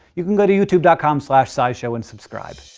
you can go to youtube dot com slash scishow and subscribe!